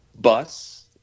bus